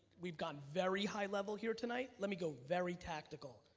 we've got very high level here tonight. let me go very tactical.